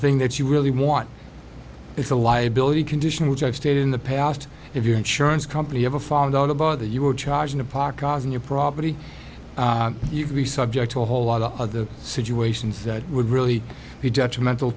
thing that you really want is a liability condition which i've stated in the past if your insurance company ever found out about the you were charging to park cars on your property you could be subject to a whole lot of other situations that would really be detrimental